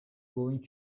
going